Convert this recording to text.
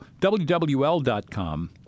WWL.com